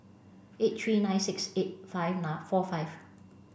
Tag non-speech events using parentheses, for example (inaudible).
eight three nine six eight five (unintelligible) four five